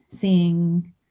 seeing